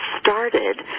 started